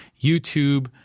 YouTube